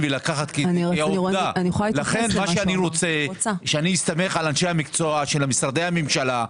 אני רוצה להסתמך על אנשי המקצוע במשרדי הממשלה.